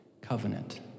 covenant